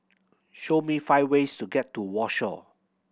show me five ways to get to Warsaw